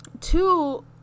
Two